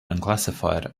unclassified